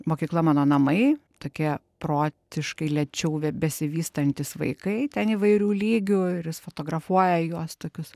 mokykla mano namai tokie protiškai lėčiau besivystantys vaikai ten įvairių lygių ir jis fotografuoja juos tokius